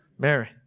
Mary